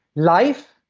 life,